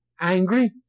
angry